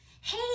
Hey